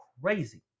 crazy